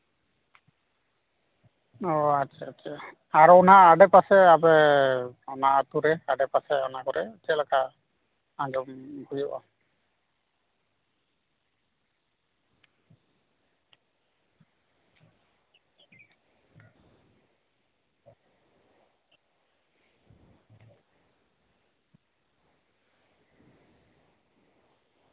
ᱚ ᱟᱪᱪᱷᱟ ᱟᱪᱪᱷᱟ ᱟᱨ ᱚᱱᱟ ᱟᱰᱮᱯᱟᱥᱮ ᱟᱯᱮ ᱟᱹᱛᱩ ᱨᱮ ᱟᱰᱮᱯᱟᱥᱮ ᱚᱱᱟ ᱠᱚᱨᱮ ᱪᱮᱫᱞᱮᱠᱟ ᱟᱸᱡᱚᱢ ᱦᱩᱭᱩᱜᱼᱟ